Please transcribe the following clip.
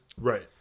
Right